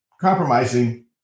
compromising